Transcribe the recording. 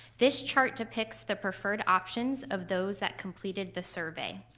this chart depicts the preferred option of those that completed the survey.